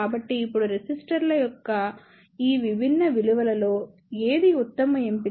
కాబట్టి ఇప్పుడు రెసిస్టర్ల యొక్క ఈ విభిన్న విలువలలో ఏది ఉత్తమ ఎంపిక